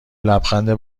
لبخند